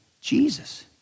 Jesus